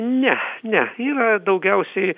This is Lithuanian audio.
ne ne yra daugiausiai